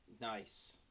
nice